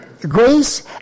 grace